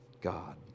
God